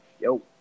Yo